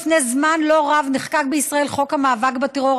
לפני זמן לא רב נחקק בישראל חוק המאבק בטרור,